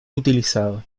utilizado